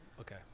Okay